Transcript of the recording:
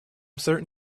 certain